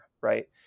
right